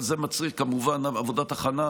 אבל זה מצריך כמובן עבודת הכנה.